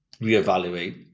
reevaluate